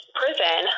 prison